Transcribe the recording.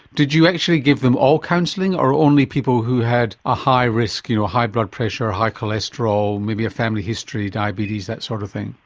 did you actually give them all counselling or only people who had a high risk, you know, high blood pressure or high cholesterol, maybe a family history, diabetes, that sort of thing?